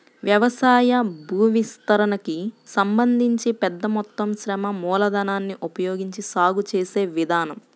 వ్యవసాయ భూవిస్తీర్ణానికి సంబంధించి పెద్ద మొత్తం శ్రమ మూలధనాన్ని ఉపయోగించి సాగు చేసే విధానం